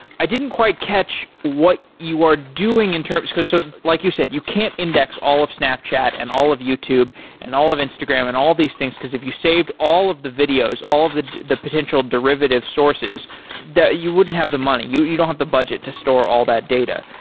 i didn't quite catch what you are doing in terms because so like you said, you can't index all of snapchat and all of youtube and all of instagram and all these things because if you saved all of the videos, all of the the potential derivative sources that you wouldn't have the money, you you don't have the budget to store all that data.